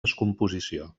descomposició